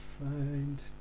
find